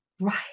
right